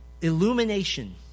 Illumination